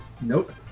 Nope